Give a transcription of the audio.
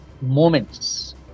moments